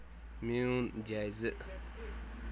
میون جایزٕ